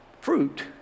fruit